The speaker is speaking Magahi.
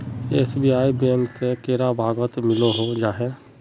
एस.बी.आई बैंक से कैडा भागोत मिलोहो जाहा?